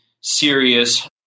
serious